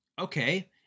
Okay